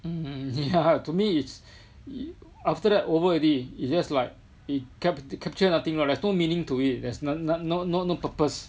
to me it's after that over already it's just like it cap~ capture nothing [one] there's no meaning to it there's no no no no no purpose